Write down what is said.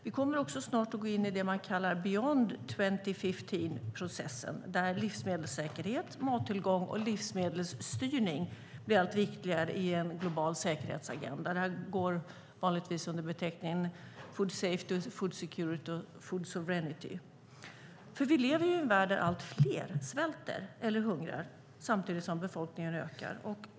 Vi kommer också snart att gå in i det man kallar Beyond 2015-processen, där livsmedelssäkerhet, mattillgång och livsmedelsstyrning är väldigt viktiga i en global säkerhetsagenda. De går vanligtvis under beteckningen Food safety, Food security och Food sovereignty. Vi lever i en värld där allt fler svälter eller hungrar samtidigt som befolkningar ökar.